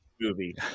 movie